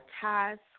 task